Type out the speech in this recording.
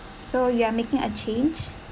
so you are making a change